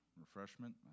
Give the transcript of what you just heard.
refreshment